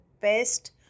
best